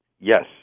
Yes